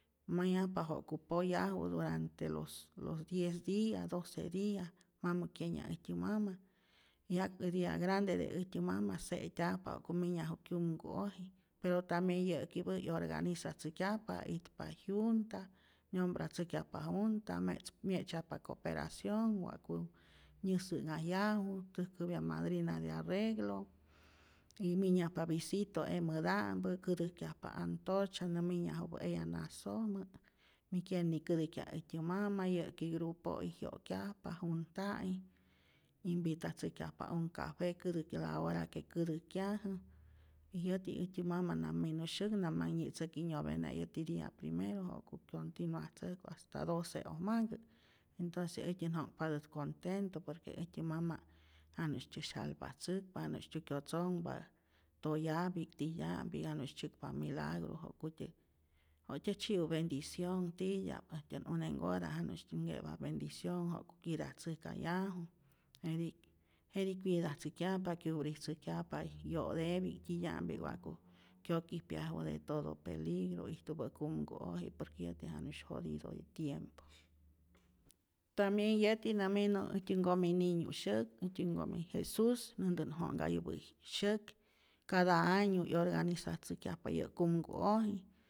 Mayajpa ja'ku poyaju durante los diez dia, doce dia mamä kyenyaj äjtyä mama, ya que dia grande de äjtyä mama se'tyajpa ja'ku minyaju kyumku'oji, pero tambien yäkipä' 'yorganizatzäjkyajpa itpa jyunta, nyombratzäjkyajpa junta, me' myetzyajpa coperacionh wa'ku nyäsä'nhajyaju, täjkäpya madrina de arreglo, y minyajpa visito emäta'mpä, kätäjkyajpa antorcha nä minyajupä eya nasojmä, mi kyen'nikätäjkyaj äjtyä mama, yä'ki grupo'i jyo'kyajpa, junta'i, invitatzäjkyajpa un café kätäjkyaj la ora que kätäjkyajä, y yäti äjtyä mama nam minu syäk, namanh nyitzäki nyovena yäti dia primero ja'ku kyontinuatzäjku hasta doce'ojmanhkä', entonce äjtyät jo'patät contento por que äjtyä mama' janu'sytyä syalvatzäkpa, janu'sytyä kyotzonhpa, toyapi'k titya'mpi'k, janusy tzyäkpa milagro, ja'kutyät wa'tyä tzyiu bendicion titya'p äjtyän une'kota, janu'styä nke'pa bendicionh ja'ku cuidatzäjkayaju jetij, jetij cuidatzäjkyajpa, cubritzäjkyajpa yo'tepi'k titya'mpi'k, wa'ku kyokijpyaju de todo peligro ijtupä kumku'oji por que yäti janu'sy jodido yä tiempo, tambien yäti nä minu äjtyä nkomi ninyu' syäk, äjtyä nkomi jesús, nantänh jo'nkayupä' syäk, cada año 'yorganizatzäjkyajpa yäk kumku'oj